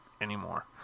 anymore